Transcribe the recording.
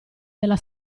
della